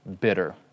bitter